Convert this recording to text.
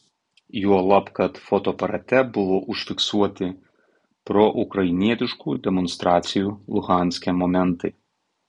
juolab kad fotoaparate buvo užfiksuoti proukrainietiškų demonstracijų luhanske momentai